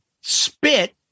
Spit